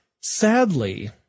Sadly